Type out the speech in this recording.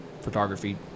photography